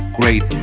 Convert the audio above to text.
great